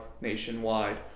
nationwide